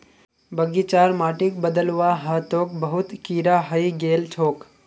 बगीचार माटिक बदलवा ह तोक बहुत कीरा हइ गेल छोक